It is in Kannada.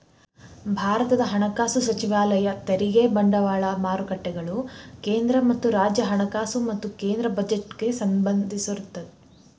ಭಾರತದ ಹಣಕಾಸು ಸಚಿವಾಲಯ ತೆರಿಗೆ ಬಂಡವಾಳ ಮಾರುಕಟ್ಟೆಗಳು ಕೇಂದ್ರ ಮತ್ತ ರಾಜ್ಯ ಹಣಕಾಸು ಮತ್ತ ಕೇಂದ್ರ ಬಜೆಟ್ಗೆ ಸಂಬಂಧಿಸಿರತ್ತ